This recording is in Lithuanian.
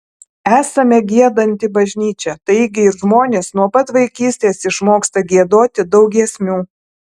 esame giedanti bažnyčia taigi ir žmonės nuo pat vaikystės išmoksta giedoti daug giesmių